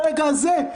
ברגע זה,